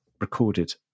recorded